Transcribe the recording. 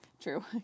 True